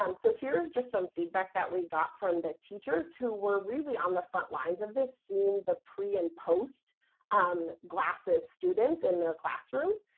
um so, here's just some feedback that we got from the teachers who were really on the front lines of this, seeing the pre and post um glasses students in their classrooms,